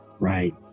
Right